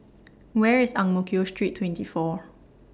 Where IS Ang Mo Kio Street twenty four